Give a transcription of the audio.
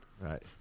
Right